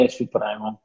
supremo